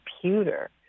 computer